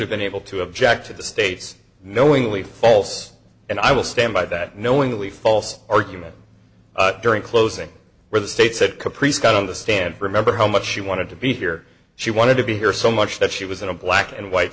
have been able to object to the state's knowingly false and i will stand by that knowingly false argument during closing where the state said caprice got on the stand remember how much she wanted to be here she wanted to be here so much that she was in a black and white